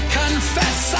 confess